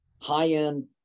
High-end